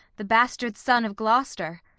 the bastard son of gloucester.